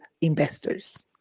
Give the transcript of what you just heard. investors